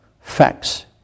facts